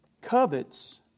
covets